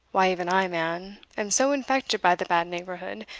why, even i, man, am so infected by the bad neighbourhood,